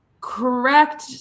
correct